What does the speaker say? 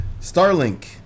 Starlink